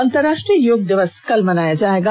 अंतर्राष्ट्रीय योग दिवस कल मनाया जाएगा